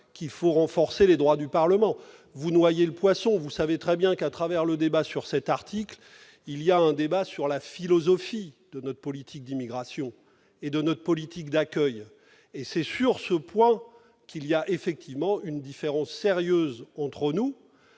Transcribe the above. de renforcer les droits du Parlement ! Vous noyez le poisson ! Vous savez très bien que, à travers le débat sur cet article, nous abordons la philosophie de notre politique d'immigration et de notre politique d'accueil. Et c'est sur ce point qu'il y a en effet une différence sérieuse entre nous